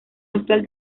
actual